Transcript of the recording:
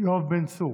חבר הכנסת יואב בן צור,